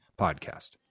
podcast